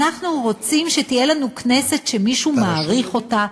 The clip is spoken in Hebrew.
אנחנו רוצים שתהיה לנו כנסת שמישהו מעריך אותה,